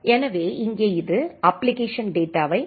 எனவே இங்கே இது அப்ப்ளிகேஷன் டேட்டாவை டி